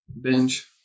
binge